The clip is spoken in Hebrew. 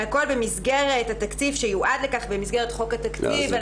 והכול במסגרת התקציב שיועד לכך במסגרת חוק התקציב.